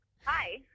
hi